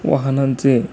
वाहनांचे